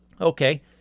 Okay